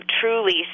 truly